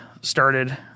started